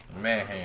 Man